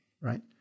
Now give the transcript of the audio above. right